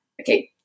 okay